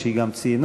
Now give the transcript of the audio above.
כפי שהיא גם ציינה.